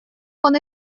con